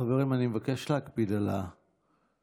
חברים, אני מבקש להקפיד על הזמנים.